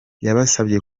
yabasabye